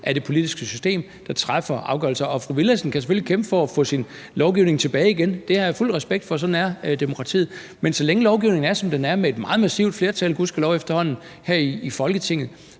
af det politiske system, og som træffer afgørelser, og fru Mai Villadsen kan selvfølgelig kæmpe for at få sin lovgivning tilbage igen – det har jeg fuld respekt for, sådan er demokratiet – men så længe lovgivningen er, som den er, efterhånden med et meget massivt flertal, gudskelov, her i Folketinget,